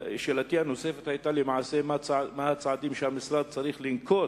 שאלתי הנוספת היתה מה הצעדים שהמשרד צריך לנקוט